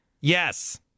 Yes